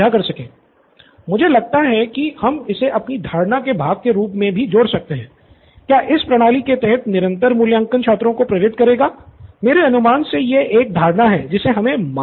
student Nithin मुझे लगता है कि हम इसे अपनी धारणा के भाग के रूप में भी जोड़ सकते हैं क्या इस प्रणाली के तहत निरंतर मूल्यांकन छात्रों को प्रेरित करेगा मेरे अनुमान से यह एक धारणा है जिसे हमने माना था